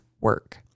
work